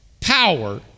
power